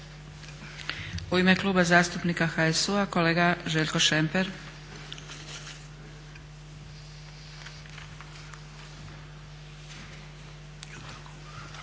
U ime Kluba zastupnika HSU-a kolega Željko Šemper.